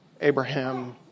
Abraham